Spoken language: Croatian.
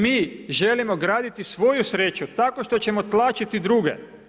Mi želimo graditi svoju sreću tako što ćemo tlačiti druge.